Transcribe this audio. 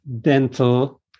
Dental